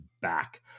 back